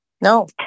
No